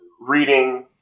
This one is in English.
reading